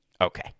Okay